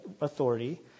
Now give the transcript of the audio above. authority